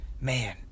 man